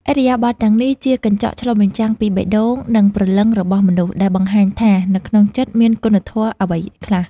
ឥរិយាបថទាំងនេះជាកញ្ចក់ឆ្លុះបញ្ចាំងពីបេះដូង និងព្រលឹងរបស់មនុស្ស ដែលបង្ហាញថានៅក្នុងចិត្តមានគុណធម៌អ្វីខ្លះ។